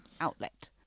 outlet